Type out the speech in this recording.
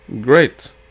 Great